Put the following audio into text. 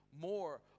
more